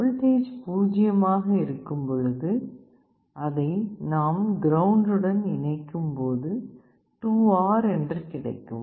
voltage பூஜ்யமாக இருக்கும் பொழுது அதை நாம் கிரவுண்ட் உடன் இணைக்கும் போது 2 R என கிடைக்கும்